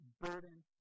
burden